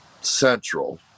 central